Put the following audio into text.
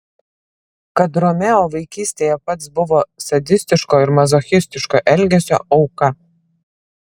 kad romeo vaikystėje pats buvo sadistiško ir mazochistiško elgesio auka